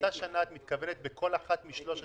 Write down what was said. --- באותה שנה את מתכוונת בכל אחת משלוש השנים?